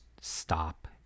stop